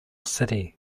city